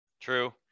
True